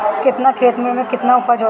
केतना खेत में में केतना उपज होई?